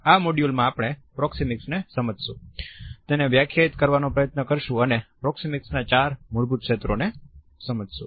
આ મોડ્યુલ માં આપણે પ્રોક્સેમિક્સ ને સમજીશું તેને વ્યાખ્યાયિત કરવાનો પ્રયત્ન કરીશું અને પ્રોક્સેમિક્સના ચાર મૂળભૂત ક્ષેત્રોને સમજીશું